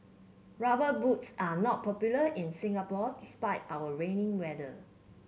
rubber boots are not popular in Singapore despite our rainy weather